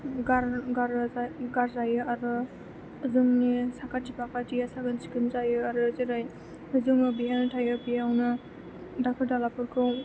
गारजायो आरो जोंनि साखाथि फाखाथिया साखोन सिखोन जायो आरो जेरै जोङो बेयावनो थायो बेयावनो दाखोर दालाफोरखौ